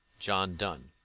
john donne.